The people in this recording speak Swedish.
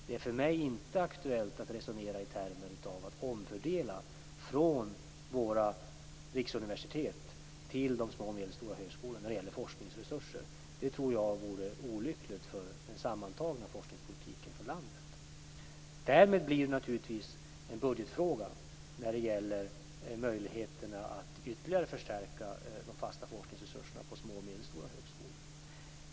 Det är för mig inte aktuellt att resonera i termer av att omfördela från våra riksuniversitet till de små och medelstora högskolorna när det gäller forskningsresurser. Jag tror att det vore olyckligt för den sammantagna forskningspolitiken i landet. Därmed blir möjligheterna att ytterligare förstärka de fasta forskningsresurserna på små och medelstora högskolor naturligtvis en budgetfråga.